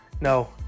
No